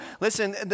listen